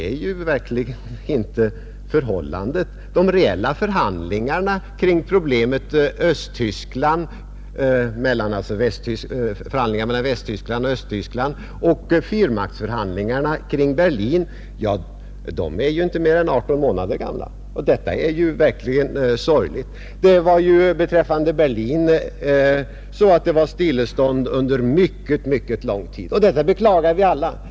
Men så är verkligen inte förhållandet. De reella förhandlingarna mellan Östtyskland och Västtyskland och fyrmaktsförhandlingarna om Berlin är inte mer än 18 månader gamla, Beträffande Berlin kan sägas att det rådde stillestånd under mycket, mycket lång tid. Detta beklagar vi alla.